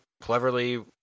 cleverly